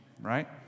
right